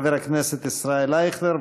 חבר הכנסת ישראל אייכלר,